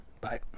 Bye